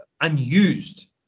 unused